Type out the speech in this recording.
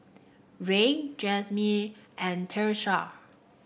Rey Jasmyn and Tyesha